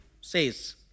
says